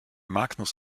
magnus